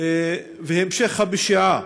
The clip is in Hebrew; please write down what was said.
והמשך הפשיעה